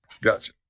Gotcha